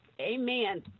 amen